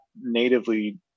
natively